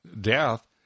death